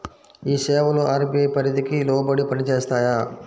ఈ సేవలు అర్.బీ.ఐ పరిధికి లోబడి పని చేస్తాయా?